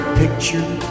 picture